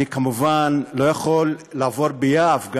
אני כמובן לא יכול לעבור ביעף על